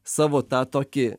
savo tą tokį